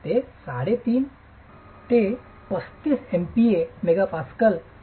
5 MPa ते 35Mpa पर्यंत